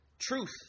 truth